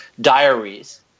diaries